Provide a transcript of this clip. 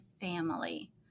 family